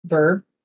Verb